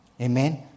Amen